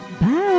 Bye